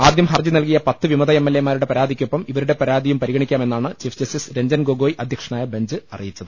ആദ്യം ഹർജി നൽകിയ പത്ത് വിമത എം എൽ എമാരുടെ പരാതിക്കൊപ്പം ഇവരുടെ പരാ തിയും പരിഗണിക്കാമെന്നാണ് ചീഫ് ജസ്റ്റിസ് രഞ്ജൻ ഗൊഗോയ് പ അധ്യക്ഷ നായ ബെഞ്ച് അറിയിച്ചത്